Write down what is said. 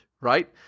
right